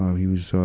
he was, ah,